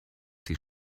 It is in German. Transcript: die